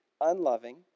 unloving